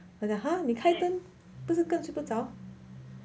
but like !huh! 你开灯不是更睡不着